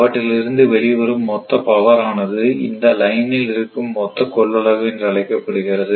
அவற்றில் இருந்து வெளிவரும் மொத்த பவர் ஆனது இந்த லைனில் இருக்கும் மொத்த கொள்ளளவு என்று அழைக்கப்படுகிறது